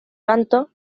tanto